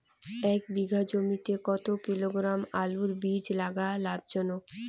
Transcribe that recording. এক বিঘা জমিতে কতো কিলোগ্রাম আলুর বীজ লাগা লাভজনক?